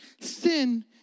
Sin